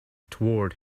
toward